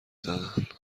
زدن